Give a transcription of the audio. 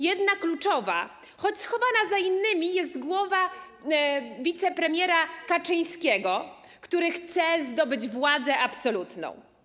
Jedna kluczowa, choć schowana za innymi, jest głowa wicepremiera Kaczyńskiego, który chce zdobyć władzę absolutną.